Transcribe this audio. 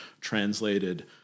translated